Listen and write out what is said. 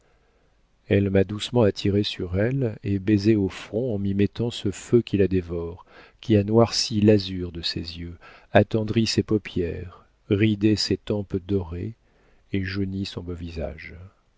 elle m'a doucement attirée sur elle et baisée au front en m'y mettant ce feu qui la dévore qui a noirci l'azur de ses yeux attendri ses paupières ridé ses tempes dorées et jauni son beau visage